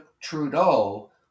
Trudeau